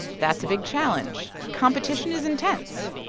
that's a big challenge. competition is intense.